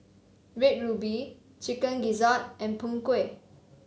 Red Ruby Chicken Gizzard and Png Kueh